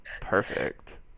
perfect